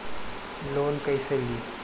Loan कईसे ली?